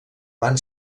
van